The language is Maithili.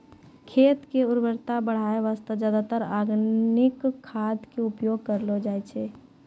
खेत के उर्वरता बढाय वास्तॅ ज्यादातर आर्गेनिक खाद के उपयोग करलो जाय छै